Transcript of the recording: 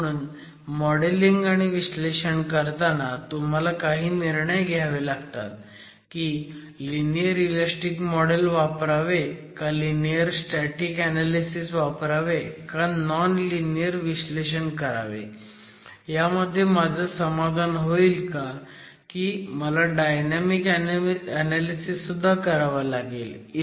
म्हणून modelling आणि विश्लेषण करताना तुम्हाला काही निर्णय घ्यावे लागतात की लिनीयर इलेस्टिक मॉडेल वापरावे का लिनीयर स्टॅटिक ऍनॅलिसिस वापरावे का नॉन लिनीयर विश्लेषण करावे ह्यामध्ये माझं समाधान होईल का की मला डायनॅमिक ऍनॅलिसिस करावं लागेल ई